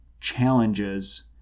challenges